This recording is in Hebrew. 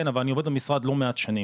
אבל אני עובד במשרד לא מעט שנים.